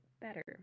better